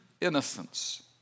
innocence